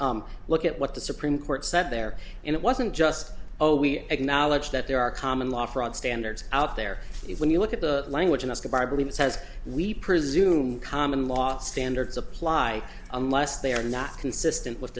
would look at what the supreme court said there and it wasn't just oh we acknowledge that there are common law fraud standards out there when you look at the language and escobar believe it says we presume common law standards apply unless they are not consistent with